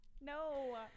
no